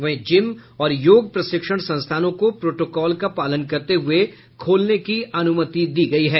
वहीं जिम और योग प्रशिक्षण संस्थानों को प्रोटोकॉल का पालन करते हुए खोलने की अनुमति दी गयी है